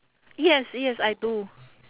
yes yes I do